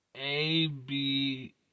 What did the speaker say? A-B